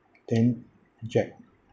then jack